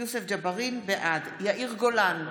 ניר ברקת, נגד יוסף ג'בארין, בעד יאיר גולן,